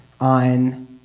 on